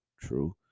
true